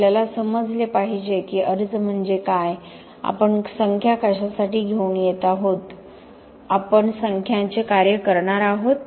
आपल्याला समजले पाहिजे की अर्ज म्हणजे काय आपण संख्या कशासाठी घेऊन येत आहोत आपण संख्यांचे काय करणार आहोत